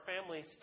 families